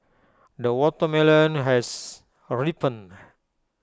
the watermelon has ripened